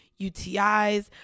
UTIs